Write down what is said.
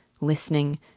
listening